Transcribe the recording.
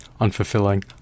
unfulfilling